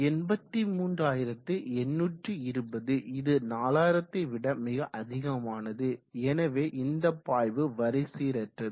எண்பத்தி மூன்றாயிரத்து எண்ணூற்று இருபது இது 4000 விட மிக அதிகமானது எனவே இந்த பாய்வு வரிச்சீரற்றது